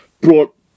brought